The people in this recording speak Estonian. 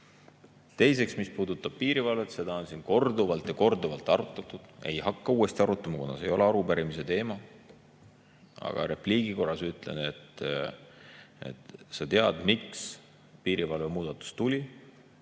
Teiseks, mis puudutab piirivalvet, siis seda on korduvalt arutatud ja ei hakka siis uuesti arutama, kuna see ei ole arupärimise teema. Repliigi korras ütlen, et sa tead, miks piirivalves muudatus tuli: